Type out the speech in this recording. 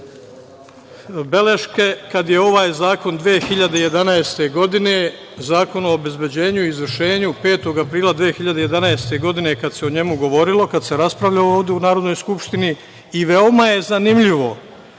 beleške kada je ovaj zakon 2011. godine, Zakon o obezbeđenju i izvršenju, 5. aprila 2011. godine, kada se o njemu govorilo, kada se raspravljalo ovde u Narodnoj skupštini i veoma je zanimljivo